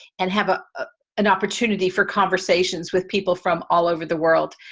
and have ah ah an opportunity for conversations with people from all over the world.